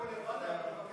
חבר הכנסת דוד ביטן.